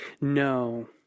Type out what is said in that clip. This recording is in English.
No